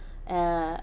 uh